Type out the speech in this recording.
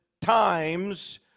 times